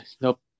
Nope